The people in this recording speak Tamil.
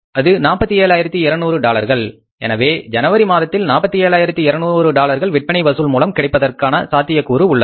47200 டாலர்கள் எனவே ஜனவரி மாதத்தில் 47200 டாலர்கள் விற்பனை வசூல் மூலம் கிடைப்பதற்கான சாத்தியக்கூறு உள்ளது